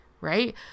right